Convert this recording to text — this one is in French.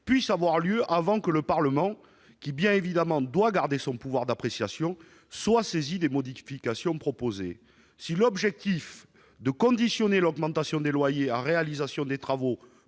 puisse avoir lieu avant que le Parlement, qui bien évidemment doit garder son pouvoir d'appréciation, soit saisi des modifications proposées ». Si l'objectif du conditionnement de l'augmentation des loyers à la réalisation des travaux